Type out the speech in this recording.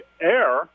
air